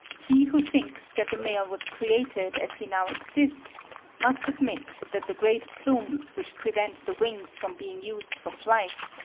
he who thinks that the male was created as he now exists must admit that the great plumes, which prevent the wings from being used for flight,